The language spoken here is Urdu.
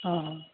ہاں ہاں